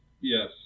Yes